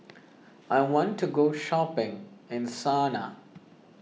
I want to go shopping in Sanaa